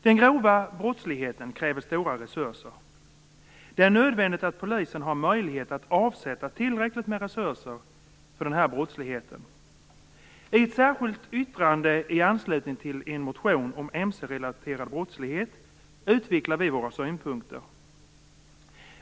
Den grova brottsligheten kräver stora resurser. Det är nödvändigt att polisen har möjlighet att avsätta tillräckligt med resurser för denna brottslighet. I ett särskilt yttrande, i anslutning till en motion om mcrelaterad brottslighet, utvecklar vi våra synpunkter.